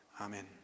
Amen